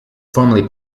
formerly